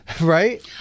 Right